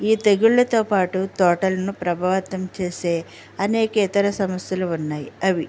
ఈ తెగుళ్ళతో పాటు తోటలని ప్రభావితం చేసే అనేక ఇతర సమస్యలు ఉన్నాయి అవి